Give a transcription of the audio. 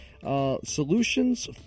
Solutions